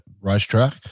racetrack